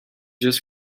just